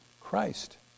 Christ